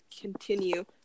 continue